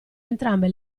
entrambe